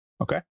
okay